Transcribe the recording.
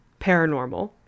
paranormal